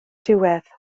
diwedd